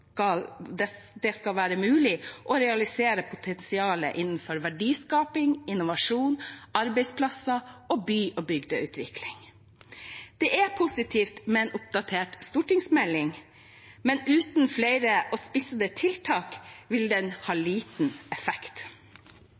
det skal være mulig å realisere potensialet innen verdiskaping, innovasjon, arbeidsplasser og by- og bygdeutvikling. Det er positivt med en oppdatert stortingsmelding, men uten flere og spissede tiltak vil den ha liten effekt.